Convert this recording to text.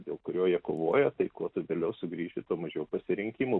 dėl kurio jie kovoja tai kuo tu vėliau sugrįši tuo mažiau pasirinkimų